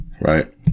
right